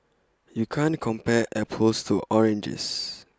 you can't compare apples to oranges